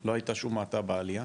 לא היתה שום האטה בעלייה,